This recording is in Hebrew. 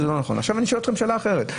עכשיו אני שואל שאלה אחרת.